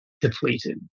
depleted